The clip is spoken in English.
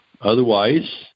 Otherwise